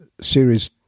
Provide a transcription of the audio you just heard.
series